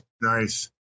Nice